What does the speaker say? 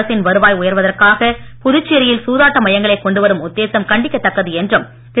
அரசின் வருவாய் உயர்வதற்காக புதுச்சேரியில் சூதாட்ட மையங்களை கொண்டுவரும் உத்தேசம் கண்டிக்கத்தக்கது என்றும் திரு